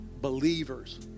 believers